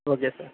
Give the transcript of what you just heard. okay sir